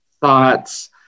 thoughts